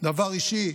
דבר אישי.